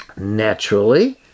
Naturally